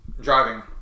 driving